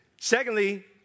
Secondly